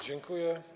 Dziękuję.